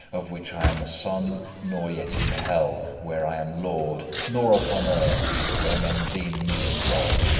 of which i am a son, nor yet in hell, where i am lord, nor upon earth, where men deem me a god.